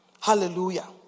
Hallelujah